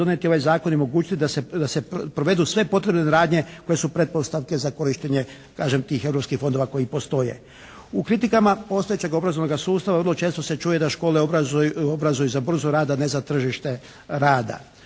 donijeti ovaj zakon i onemogućiti da se provedu sve potrebne radnje koje su pretpostavke za korištenje kažem tih europskih fondova koji postoje. U kritikama postojećeg obrazovnog sustava vrlo često se čuje da škole obrazuju za burzu rada, a ne za tržište rada.